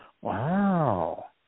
wow